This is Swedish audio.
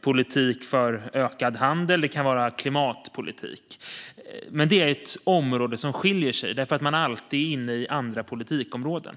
politik för ökad handel och det kan vara klimatpolitik. Men det är ett område som utmärker sig eftersom man alltid är inne i andra politikområden.